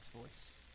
voice